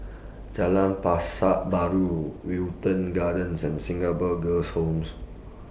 Jalan Pasar Baru Wilton Gardens and Singapore Girls' Home